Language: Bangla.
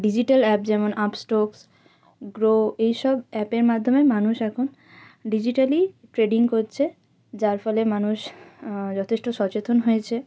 ডিজিট্যাল অ্যাপ যেমন আপস্টোকস গ্রো এইসব অ্যাপের মাধ্যমে মানুষ এখন ডিজিট্যালি ট্রেডিং করছে যার ফলে মানুষ যথেষ্ট সচেতন হয়েছে